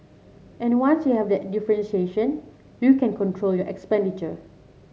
and once you have that differentiation you can control your expenditure